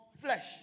flesh